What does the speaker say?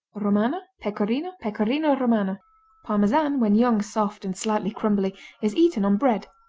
romano, pecorino, pecorino romano parmesan when young, soft and slightly crumbly is eaten on bread.